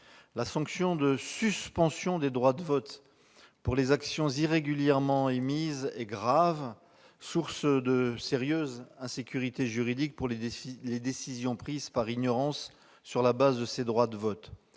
la sanction de suspension des droits de vote pour les actions irrégulièrement émises est grave, source de sérieuse insécurité juridique pour les décisions prises par ignorance sur la base de ces droits de vote.